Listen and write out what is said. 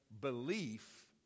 belief